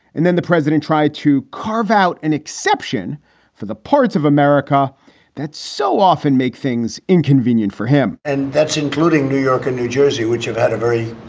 and then the president tried to carve out an exception for the parts of america that so often make things inconvenient for him and that's including new york and new jersey, which have had a very,